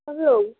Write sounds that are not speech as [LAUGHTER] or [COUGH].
[UNINTELLIGIBLE]